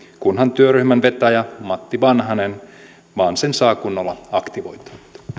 kunhan työryhmän vetäjä matti vanhanen vain sen saa kunnolla aktivoitua